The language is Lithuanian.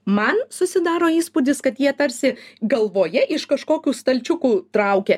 man susidaro įspūdis kad jie tarsi galvoje iš kažkokių stalčiukų traukia